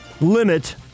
limit